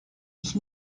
ich